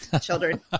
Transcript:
children